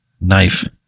knife